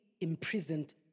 imprisoned